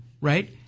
right